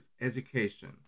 education